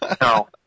no